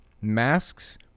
masks